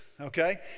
okay